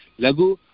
Lagu